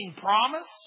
promise